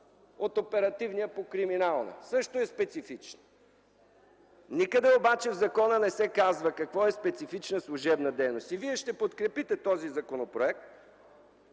от оперативния работник по криминална – също е специфична. Никъде обаче в закона не се казва какво е „специфична служебна дейност”. Вие ще подкрепите този законопроект,